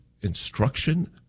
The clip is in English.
instruction